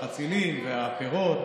החצילים והפירות.